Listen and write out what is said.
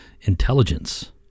intelligence